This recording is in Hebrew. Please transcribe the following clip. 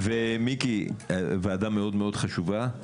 מיקי, זו ועדה מאוד-מאוד חשובה.